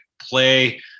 play